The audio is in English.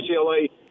UCLA